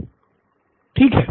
नितिन ठीक है